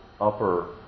upper